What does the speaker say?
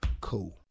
cool